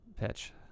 Pitch